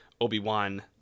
Obi-Wan